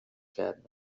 cabinet